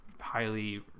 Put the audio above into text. highly